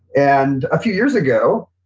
and a few years ago,